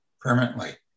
permanently